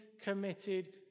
committed